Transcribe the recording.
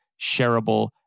shareable